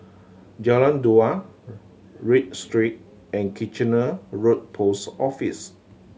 Jalan Dua Read Street and Kitchener Road Post Office